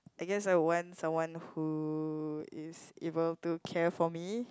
I guess I want someone who is able to care for me